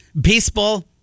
Baseball